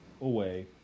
away